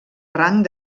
rang